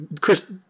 Chris